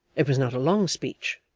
it was not a long speech.